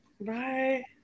Bye